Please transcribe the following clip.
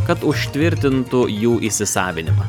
kad užtvirtintų jų įsisavinimą